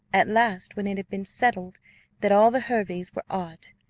at last, when it had been settled that all the herveys were odd,